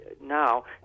now